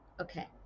okay